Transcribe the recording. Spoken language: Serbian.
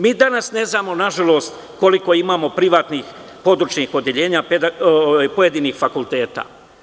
Mi danas nažalost ne znamo koliko imamo privatnih područnih odeljenja pojedinih fakulteta.